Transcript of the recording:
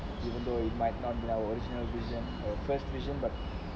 even though it might not be our original vision or first vision but